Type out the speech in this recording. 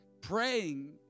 praying